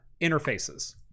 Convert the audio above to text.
interfaces